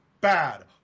bad